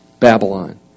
Babylon